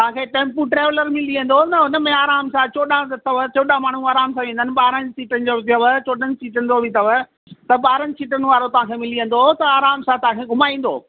तव्हांखे tempo traveller मिली वेंदो न हुन में आराम सां चोॾहं अथव चोॾहं माण्हू आराम सां वेहींदा आहिनि ॿारहंनि सीटनि जो बि अथव चोॾहंनि सीटनि जो बि अथव त ॿारहंनि सीटनि वारो तव्हांखे मिली वेंदो त आराम सां तव्हांखे घुमाईंदो